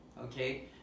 okay